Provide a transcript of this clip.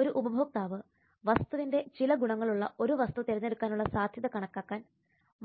ഒരു ഉപഭോക്താവ് വസ്തുവിന്റെ ചില ഗുണങ്ങളുള്ള ഒരു വസ്തു തിരഞ്ഞെടുക്കാനുള്ള സാധ്യത കണക്കാക്കാൻ